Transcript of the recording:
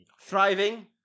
thriving